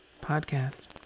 podcast